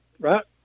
right